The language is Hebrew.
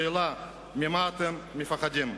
שאלה: ממה אתם מפחדים?